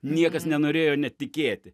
niekas nenorėjo net tikėti